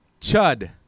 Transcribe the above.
Chud